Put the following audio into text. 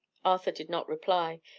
arthur did not reply.